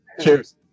cheers